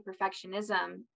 perfectionism